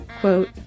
quote